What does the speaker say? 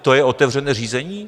To je otevřené řízení?